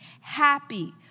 happy